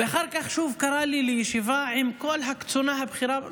ואחר כך שוב קרא לי לישיבה עם כל הקצונה הבכירה,